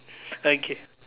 okay